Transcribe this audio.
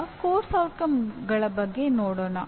ಈಗ ಪಠ್ಯಕ್ರಮದ ಪರಿಣಾಮಗಳ ಬಗ್ಗೆ ನೋಡೋಣ